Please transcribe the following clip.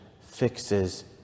fixes